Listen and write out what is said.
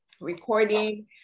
recording